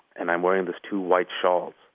and i'm wearing these two white shawls.